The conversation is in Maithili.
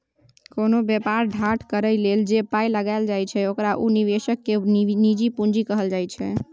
कोनो बेपार ठाढ़ करइ लेल जे पाइ लगाइल जाइ छै ओकरा उ निवेशक केर निजी पूंजी कहल जाइ छै